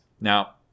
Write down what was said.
Now